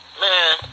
Man